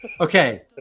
Okay